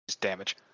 damage